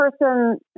person